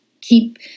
keep